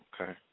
Okay